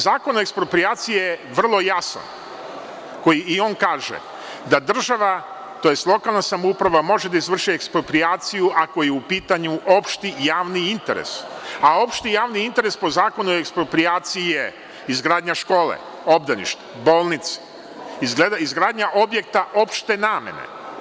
Zakon o eksproprijaciji je vrlo jasan i on kaže da država tj. lokalna samouprava može da izvrši eksproprijaciju ako je u pitanju opšti javni interes, a opšti javni interes po Zakonu o eksproprijaciji je izgradnja škole, obdaništa, bolnice, izgradnja objekta opšte namene.